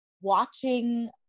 watching